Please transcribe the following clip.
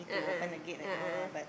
a'ah a'ah a'ah a'ah